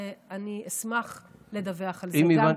אני אשמח לדווח על זה גם כאן.